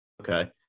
Okay